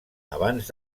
abans